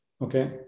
okay